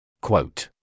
Quote